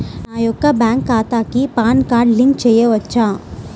నా యొక్క బ్యాంక్ ఖాతాకి పాన్ కార్డ్ లింక్ చేయవచ్చా?